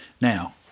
Now